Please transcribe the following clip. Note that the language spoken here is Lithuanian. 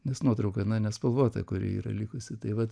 nes nuotrauka na nespalvota kuri yra likusi tai vat